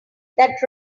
that